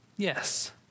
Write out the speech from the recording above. Yes